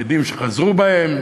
עדים שחזרו בהם.